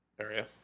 area